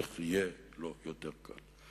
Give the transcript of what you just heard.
איך יהיה לו יותר קל.